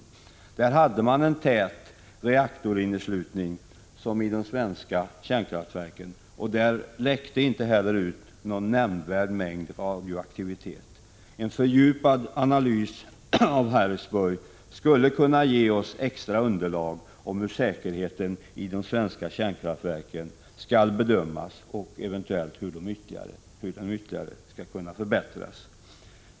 I Harrisburg hade man en tät reaktorinneslutning som i de svenska kärnkraftverken. Där läckte det inte heller ut någon nämnvärd längd radioaktivitet. En fördjupad analys av Harrisburg skulle kunna ge oss extra underlag om hur säkerheten i de svenska kärnkraftverken skall bedömas och eventuellt hur den ytterligare skall kunna förbättras.